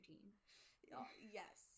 Yes